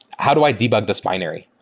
how do i debug this binary?